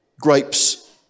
grapes